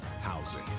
housing